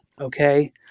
okay